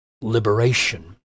liberation